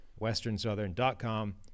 westernsouthern.com